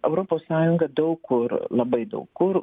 europos sąjunga daug kur labai daug kur